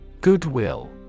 Goodwill